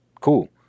Cool